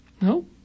No